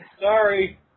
Sorry